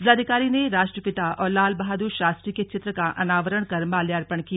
जिलाधिकारी ने राष्ट्रपिता और लाल बहादुर शस्त्री के चित्र का अनावरण कर माल्यर्पण किया